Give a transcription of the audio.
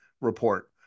report